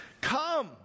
Come